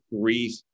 grief